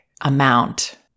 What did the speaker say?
amount